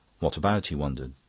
what about? he wondered.